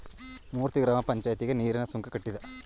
ಮೂರ್ತಿ ಗ್ರಾಮ ಪಂಚಾಯಿತಿಗೆ ನೀರಿನ ಸುಂಕ ಕಟ್ಟಿದ